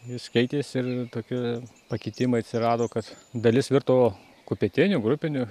jis keitėsi ir tokių pakitimai atsirado kad dalis virto kupetiniu grupiniu